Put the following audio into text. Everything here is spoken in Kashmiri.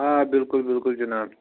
آ بِلکُل بِلکُل جناب